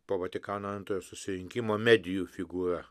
po vatikano antrojo susirinkimo medijų figūra